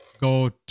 go